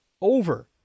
over